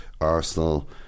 Arsenal